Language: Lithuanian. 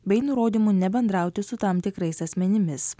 bei nurodymu nebendrauti su tam tikrais asmenimis